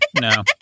No